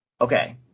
Okay